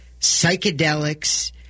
psychedelics